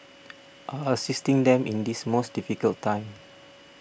are assisting them in this most difficult time